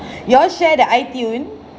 you all share the iTunes